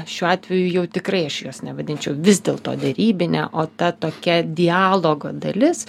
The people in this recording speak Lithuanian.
šiuo atveju jau tikrai aš jos nevadinčiau vis dėlto derybine o ta tokia dialogo dalis